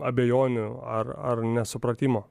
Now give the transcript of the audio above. abejonių ar ar nesupratimo